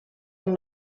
amb